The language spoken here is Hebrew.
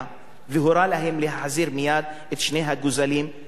והורה להם להחזיר מייד את שני הגוזלים לחיק אמם.